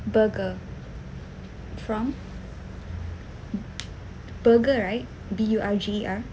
burger from burger right B U R G E R